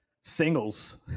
singles